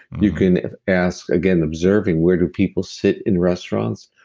you can ask again, observing where do people sit in restaurants,